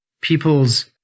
people's